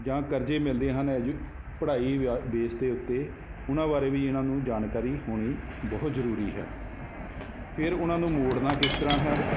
ਜਾਂ ਕਰਜ਼ੇ ਮਿਲਦੇ ਹਨ ਐਜੂ ਪੜ੍ਹਾਈ ਵਿਆ ਬੇਸ ਦੇ ਉੱਤੇ ਉਹਨਾਂ ਬਾਰੇ ਵੀ ਇਹਨਾਂ ਨੂੰ ਜਾਣਕਾਰੀ ਹੋਣੀ ਬਹੁਤ ਜ਼ਰੂਰੀ ਹੈ ਫਿਰ ਉਹਨਾਂ ਨੂੰ ਮੋੜਨਾ ਕਿਸ ਤਰ੍ਹਾਂ ਹੈ